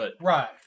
Right